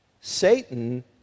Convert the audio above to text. Satan